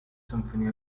symphony